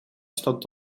stond